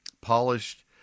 polished